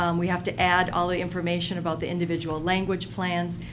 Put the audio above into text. um we have to add all the information about the individual language plans.